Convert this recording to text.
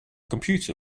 computer